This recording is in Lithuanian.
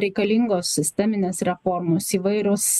reikalingos sisteminės reformos įvairūs